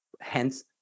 Hence